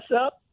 up